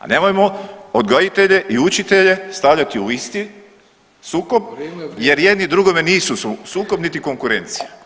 A nemojmo odgojitelji i učitelje stavljati u isti sukob jer jedni drugome nisu sukob niti konkurencija.